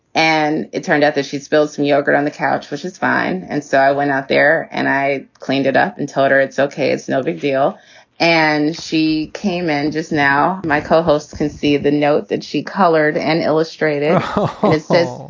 and it turned out that she spilled some yogurt on the couch, which is fine. and so i went out there and i cleaned it up and told her it's ok. it's no big deal and she came in just now. my co-hosts can see the note that she colored and illustrated it.